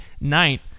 ninth